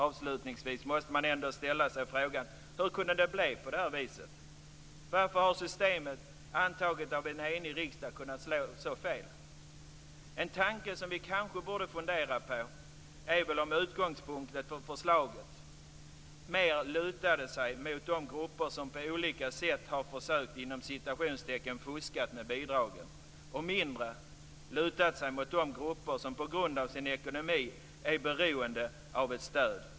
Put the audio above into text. Avslutningsvis måste man ändå ställa sig frågan: Hur kunde det bli på det här viset? Varför har systemet, antaget av en enig riksdag, kunnat slå så fel? En tanke som vi kanske borde fundera över är om utgångspunkten för förslaget mer lutade sig mot de grupper som på olika sätt har försökt "fuska" med bidragen och mindre mot de grupper som på grund av sin ekonomi är beroende av ett stöd.